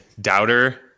doubter